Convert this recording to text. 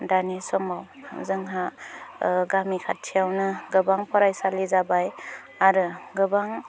दानि समाव जोंहा गामि खाथियावनो गोबां फरायसालि जाबाय आरो गोबां